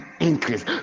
increase